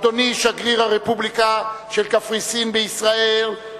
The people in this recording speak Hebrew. אדוני שגריר הרפובליקה של קפריסין בישראל,